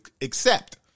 accept